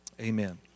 amen